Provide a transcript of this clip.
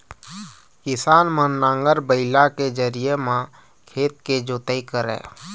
किसान मन नांगर, बइला के जरिए म खेत के जोतई करय